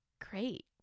great